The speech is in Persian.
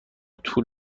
طول